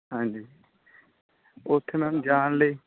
ਹਾਂਜੀ ਉੱਥੇ ਮੈਮ ਜਾਣ ਲਈ